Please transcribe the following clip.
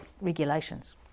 regulations